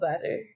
better